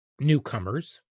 newcomers